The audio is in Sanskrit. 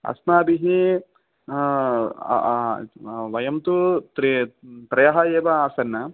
अस्माभिः वयं तु त्रि त्रयः एव आसन्